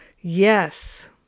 yes